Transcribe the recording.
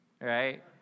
right